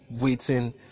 waiting